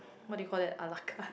what do you call that a-la-carte